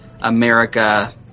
America